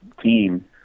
team